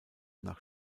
nach